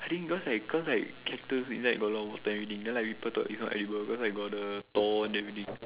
I think cause like cause like cactus inside got a lot of water everything then people thought it is not edible cause got like the thorns everything